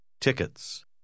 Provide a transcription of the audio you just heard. Tickets